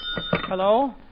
Hello